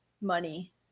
money